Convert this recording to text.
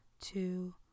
two